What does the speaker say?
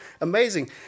amazing